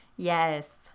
Yes